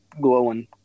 glowing